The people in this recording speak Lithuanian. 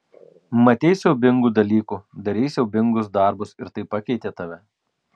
matei siaubingų dalykų darei siaubingus darbus ir tai pakeitė tave